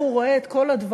איך הוא רואה את כל הדברים.